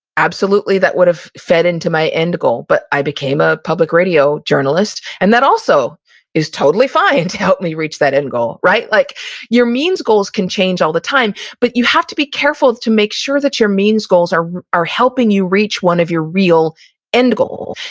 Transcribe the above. absolutely, that would have fed into my end goal, but i became a public radio journalist. and that also is totally fine to help me reach that end goal. like your means goals can change all the time, but you have to be careful to make sure that your means goals are are helping you reach one of your real end goal.